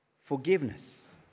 forgiveness